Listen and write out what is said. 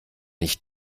ich